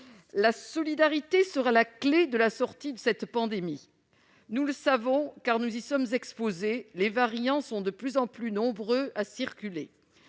La solidarité sera la clé de la sortie de cette pandémie. Nous le savons, car nous y sommes exposés, les variants sont de plus en plus nombreux à circuler.